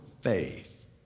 faith